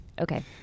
okay